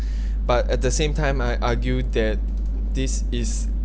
but at the same time I argue that this is